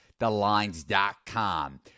thelines.com